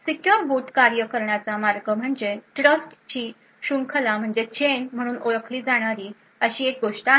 secure boot कार्य करण्याचा मार्ग म्हणजे ट्रस्टची शृंखला म्हणून ओळखली जाणारी अशी एक गोष्ट आहे